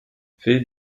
faits